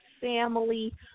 family